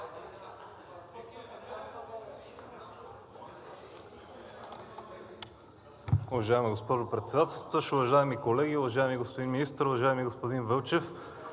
Уважаема госпожо Председателстваща, уважаеми колеги, уважаеми господин Министър, уважаеми господин Вълчев!